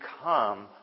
become